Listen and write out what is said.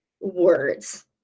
words